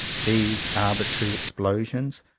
these arbitrary explosions.